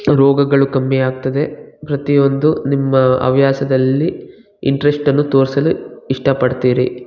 ರೋಗಗಳು ಕಮ್ಮಿ ಆಗ್ತದೆ ಪ್ರತಿಯೊಂದು ನಿಮ್ಮ ಹವ್ಯಾಸದಲ್ಲಿ ಇಂಟ್ರೆಸ್ಟನ್ನು ತೋರಿಸಲು ಇಷ್ಟ ಪಡ್ತೀರಿ